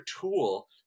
tool